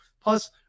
plus